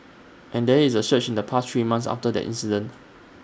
and there is A surge in the past three months after that incident